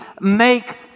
make